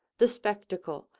the spectacle,